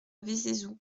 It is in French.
vézézoux